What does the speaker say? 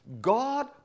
God